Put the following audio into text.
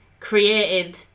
created